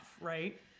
right